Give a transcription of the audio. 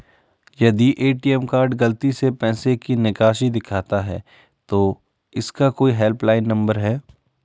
यदि ATM card गलती से पैसे की निकासी दिखाता है तो क्या इसका कोई हेल्प लाइन नम्बर है?